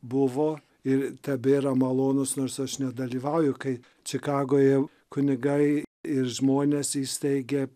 buvo ir tebėra malonus nors aš nedalyvauju kai čikagoje kunigai ir žmonės įsteigė